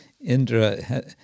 indra